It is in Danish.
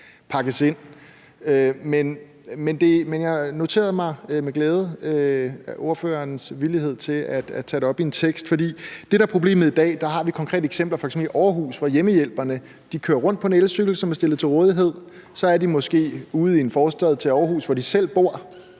pakkes ind. Men jeg noterede mig med glæde ordførerens villighed til at tage det op i en tekst. For vi har f.eks. i dag et konkret problem. Hjemmehjælperne i Aarhus kører f.eks. rundt på en elcykel, som er stillet til rådighed, og de er måske ude i en forstad til Aarhus, hvor de selv bor,